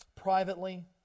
privately